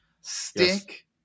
Stick